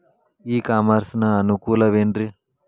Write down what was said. E commerce ನ ಅನುಕೂಲವೇನ್ರೇ?